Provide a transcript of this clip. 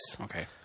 Okay